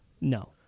No